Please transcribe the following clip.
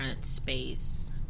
space